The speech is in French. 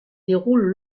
déroulent